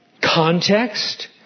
context